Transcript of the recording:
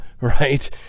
right